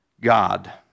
God